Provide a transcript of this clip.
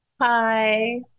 Hi